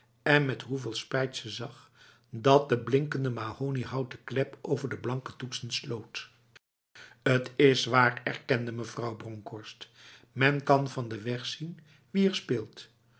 en met hoeveel spijt ze zag dat de blinkende mahoniehouten klep over de blanke toetsen sloot het is waar erkende mevrouw bronkhorst men kan van de weg zien wie er speelt